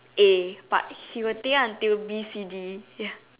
A but he will think until B C D